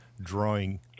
drawing